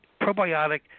probiotic